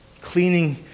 cleaning